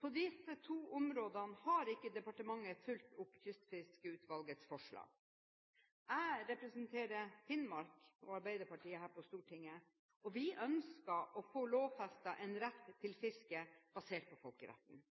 På disse to områdene har ikke departementet fulgt opp Kystfiskeutvalgets forslag. Jeg representerer Finnmark og Arbeiderpartiet her på Stortinget, og vi ønsker å få lovfestet en rett til fiske basert på folkeretten.